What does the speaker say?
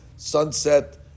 Sunset